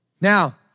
Now